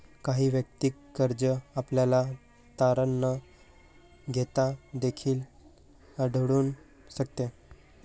काही वैयक्तिक कर्ज आपल्याला तारण न घेता देखील आढळून शकते